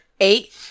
Eight